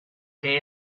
que